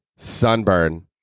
sunburn